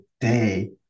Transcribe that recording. day